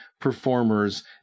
performers